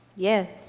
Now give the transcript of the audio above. yeah.